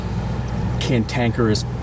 cantankerous